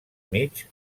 mig